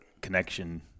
connection